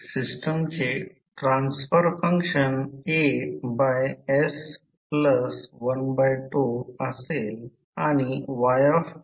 तर आणि हा मीन फ्लक्स पाथ आहे जो काही कोर घेईल त्याला मीन रेडियस किंवा मीन लेन्थ म्हणतात